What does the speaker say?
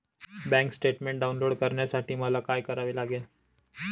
Bank statement download करण्यासाठी मला काय करावे लागेल?